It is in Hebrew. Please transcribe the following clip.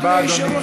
אדוני היושב-ראש,